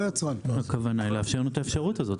הכוונה לאפשר לנו את האפשרות הזאת,